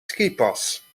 skipas